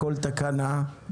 בכל תקנה,